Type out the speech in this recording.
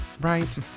right